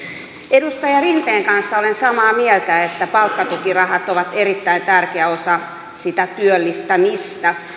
edustaja rinteen kanssa olen samaa mieltä että palkkatukirahat ovat erittäin tärkeä osa sitä työllistämistä